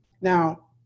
Now